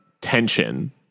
tension